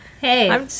Hey